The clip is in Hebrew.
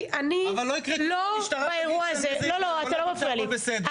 אבל לא יקרה כלום אם המשטרה תגיד שזה הגיוני והכל בסדר.